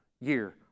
year